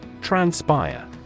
Transpire